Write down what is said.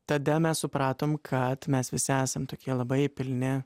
tada mes supratom kad mes visi esam tokie labai pilni